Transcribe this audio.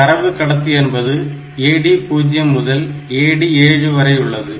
தரவு கடத்தி என்பது AD0 முதல் AD7 வரை உள்ளது